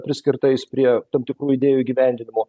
priskirtais prie tam tikrų idėjų įgyvendinimo